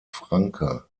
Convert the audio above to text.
francke